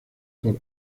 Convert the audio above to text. por